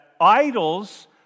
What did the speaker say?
idols